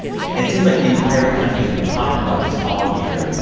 it seems like the entire country has been talking about this all year,